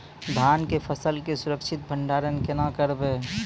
धान के फसल के सुरक्षित भंडारण केना करबै?